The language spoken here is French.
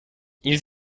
ils